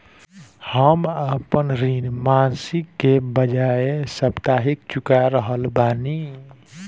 हम आपन ऋण मासिक के बजाय साप्ताहिक चुका रहल बानी